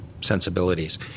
sensibilities